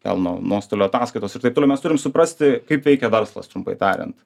pelno nuostolio ataskaitos ir taip toliau mes turim suprasti kaip veikia verslas trumpai tariant